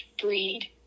breed